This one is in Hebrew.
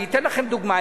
אני אתן לכם דוגמה.